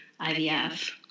IVF